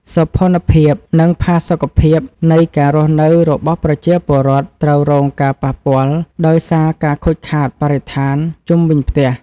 សោភ័ណភាព និងផាសុកភាពនៃការរស់នៅរបស់ប្រជាពលរដ្ឋត្រូវរងការប៉ះពាល់ដោយសារការខូចខាតបរិស្ថានជុំវិញផ្ទះ។